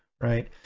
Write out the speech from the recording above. right